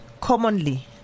commonly